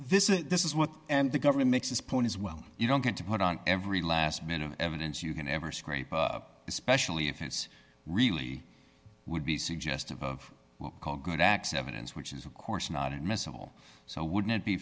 this is this is what and the government makes this point as well you don't get to put on every last minute of evidence you can ever scrape up especially if it's really would be suggestive of called good x evidence which is of course not admissible so wouldn't it be